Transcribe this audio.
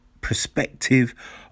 perspective